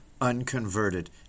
unconverted